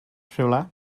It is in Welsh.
rhywle